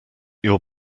your